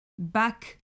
Back